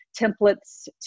templates